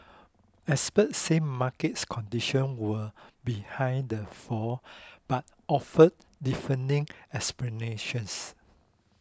experts said markets conditions were behind the fall but offered differing explanations